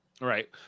Right